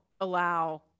allow